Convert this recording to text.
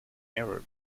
error